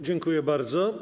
Dziękuję bardzo.